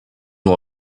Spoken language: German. nur